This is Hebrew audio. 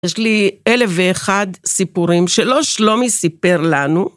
יש לי אלף ואחד סיפורים שלא שלומי סיפר לנו.